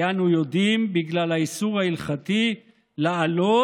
כי, אנו יודעים, בגלל האיסור ההלכתי לעלות,